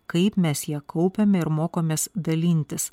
kaip mes ją kaupiame ir mokomės dalintis